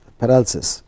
paralysis